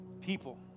people